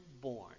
born